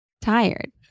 tired